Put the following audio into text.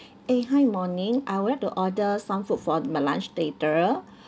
eh hi morning I would like to order some food for my lunch later